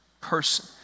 person